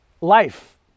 Life